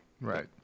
Right